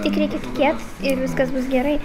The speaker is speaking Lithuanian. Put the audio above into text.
tik reikia tikėt ir viskas bus gerai